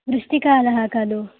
वृष्टिकालः खलु